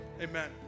Amen